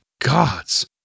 gods